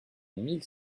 mille